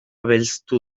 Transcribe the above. belztu